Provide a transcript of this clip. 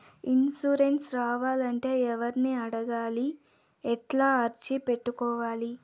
Insurance రావాలంటే ఎవర్ని అడగాలి? ఎట్లా అర్జీ పెట్టుకోవాలి?